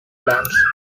lands